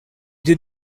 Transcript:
did